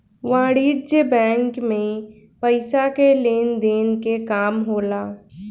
वाणिज्यक बैंक मे पइसा के लेन देन के काम होला